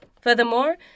Furthermore